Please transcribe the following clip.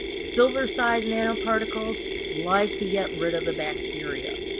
silver sized nanoparticles like to get rid of the bacteria.